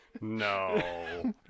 No